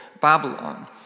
Babylon